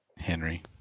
Henry